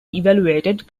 evaluated